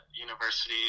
University